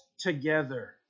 together